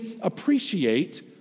appreciate